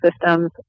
systems